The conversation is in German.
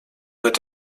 wird